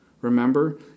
remember